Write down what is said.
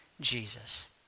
Jesus